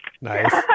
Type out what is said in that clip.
Nice